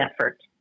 effort